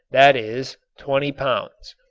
that is, twenty pounds.